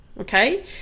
Okay